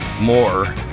More